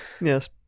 Yes